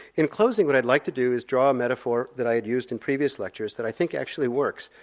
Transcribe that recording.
in closing what i'd like to do is draw a metaphor that i had used in previous lectures that i think actually works.